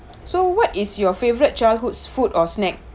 so what is your favorite childhood's food or snack